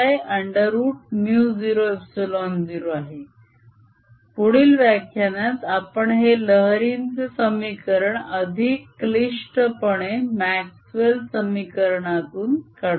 2Eyx2 ∂tBz∂x002Eyt2 पुढील व्याख्यानात आपण हे लहरीचे समीकरण अधिक क्लिष्टपणे म्याक्स्वेल समीकरणातून काढूया